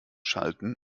schalten